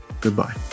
goodbye